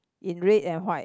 in red and white